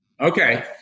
Okay